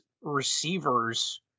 receivers